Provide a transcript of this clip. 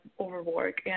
overwork